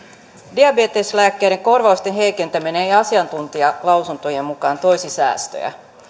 diabeteslääkkeiden korvausten heikentäminen ei asiantuntijalausuntojen mukaan toisi säästöjä